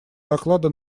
доклада